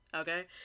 Okay